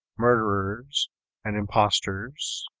murderers and impostors,